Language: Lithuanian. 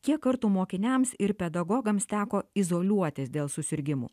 kiek kartų mokiniams ir pedagogams teko izoliuotis dėl susirgimų